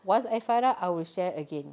once I find out I will share again